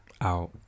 out